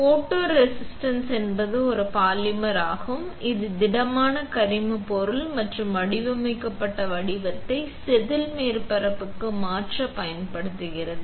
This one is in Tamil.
எனவே ஃபோட்டோரெசிஸ்ட் என்பது ஒரு பாலிமர் ஆகும் இது திடமான கரிமப் பொருள் மற்றும் வடிவமைக்கப்பட்ட வடிவத்தை செதில் மேற்பரப்புக்கு மாற்ற பயன்படுகிறது